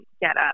get-up